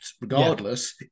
Regardless